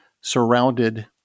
surrounded